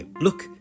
look